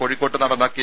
കോഴിക്കോട്ട് നടന്ന കെ